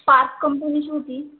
spark कंपनीची होती